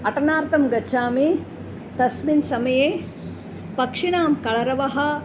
अटनार्थं गच्छामि तस्मिन् समये पक्षिणां कलरवः